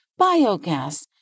biogas